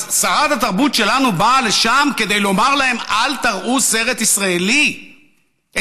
אז שרת התרבות שלנו באה לשם כדי לומר להם: אל תראו סרט ישראלי אצלכם.